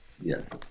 Yes